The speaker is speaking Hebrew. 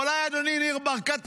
אדוני ניר ברקת,